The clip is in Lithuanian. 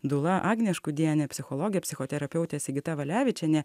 dūla agnė škudienė psichologė psichoterapeutė sigita valevičienė